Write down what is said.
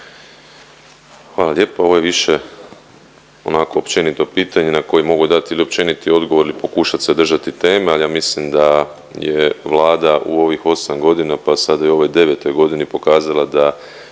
Hvala lijepa, ovo je više onako općenito pitanja na koje mogu dati ili općeniti odgovor ili pokušati se držati teme, ali ja mislim da je Vlada u ovih 8 godina pa sada i u ovoj 9-toj godini pokazala da